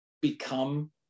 become